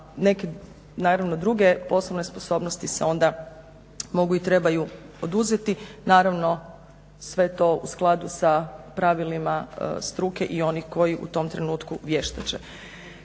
neke naravno druge poslovne sposobnosti se onda mogu i trebaju oduzeti. Naravno sve to u skladu sa pravilima struke i onih koji u tom trenutku vještače.